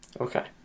Okay